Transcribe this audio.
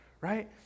right